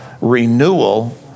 renewal